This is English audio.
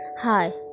hi